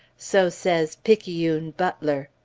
so says picayune butler.